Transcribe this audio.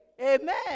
Amen